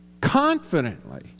confidently